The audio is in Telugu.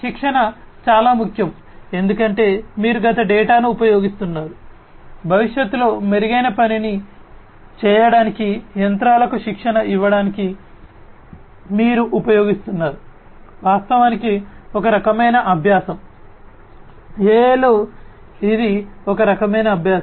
శిక్షణ చాలా ముఖ్యం ఎందుకంటే మీరు గత డేటాను ఉపయోగిస్తున్నారు భవిష్యత్తులో మెరుగైన పనిని చేయటానికి యంత్రాలకు శిక్షణ ఇవ్వడానికి మీరు ఉపయోగిస్తున్నారు వాస్తవానికి ఒక రకమైన అభ్యాసం AI లో ఇది ఒక రకమైన అభ్యాసం